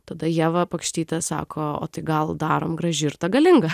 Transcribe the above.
tada ieva pakštytė sako tai gal darom graži ir ta galinga